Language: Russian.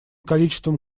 количеством